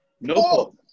No